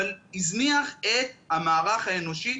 אבל הזניח את המערך האנושי.